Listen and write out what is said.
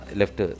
left